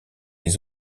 des